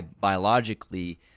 biologically